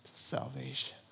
salvation